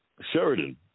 Sheridan